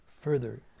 further